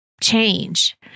change